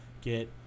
get